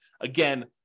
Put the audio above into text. Again